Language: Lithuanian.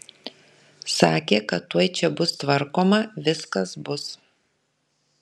sakė kad tuoj čia bus tvarkoma viskas bus